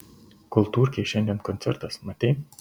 kultūrkėj šiandien koncertas matei